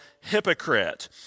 hypocrite